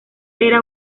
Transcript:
era